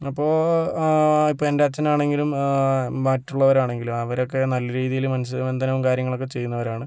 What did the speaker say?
അപ്പോ ഇപ്പ എൻ്റെ അച്ഛനാണങ്കിലും മറ്റുള്ളവരാണങ്കിലും അവരൊക്കെ നല്ല രീതീല് മത്സ്യബന്ധനോം കാര്യങ്ങളക്കെ ചെയ്യുന്നവരാണ്